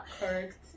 Correct